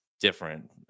different